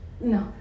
No